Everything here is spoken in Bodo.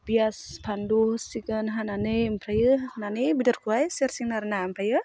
पियास फानलु हानानै ओमफ्रायो होनानै बेदरखौहाय सेरसिगोन आरोना ओमफ्राय